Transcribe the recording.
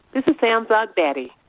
this is sam's aunt betty.